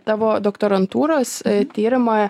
tavo doktorantūros tyrimą